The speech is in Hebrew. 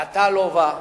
ואתה, לובה,